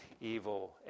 evil